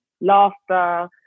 laughter